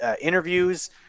interviews